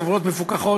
חברות מפוקחות,